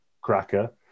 Cracker